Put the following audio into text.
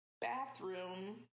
bathroom